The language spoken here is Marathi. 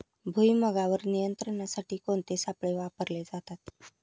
भुईमुगावर नियंत्रणासाठी कोणते सापळे वापरले जातात?